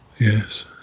yes